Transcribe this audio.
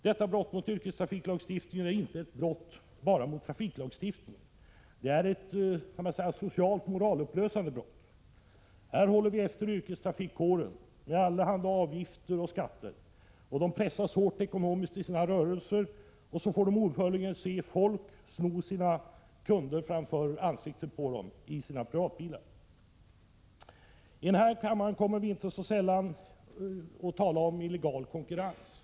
Detta brott mot yrkestrafiklagstiftningen är inte ett brott bara mot trafiklagstiftningen. Man kan säga att det är ett socialt moralupplösande brott. Vi håller efter yrkestrafikkåren med allehanda avgifter och skatter. Den pressas hårt ekonomiskt i sin rörelse. Samtidigt får förarna se folk i privata bilar ta kunderna framför ansiktet på dem. I denna kammare kommer vi inte så sällan att tala om illegal konkurrens.